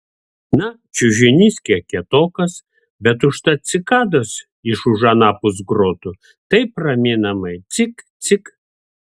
na čiužinys kiek kietokas bet užtat cikados iš už anapus grotų taip raminamai cik cik